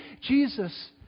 Jesus